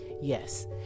Yes